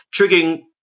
triggering